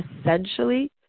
essentially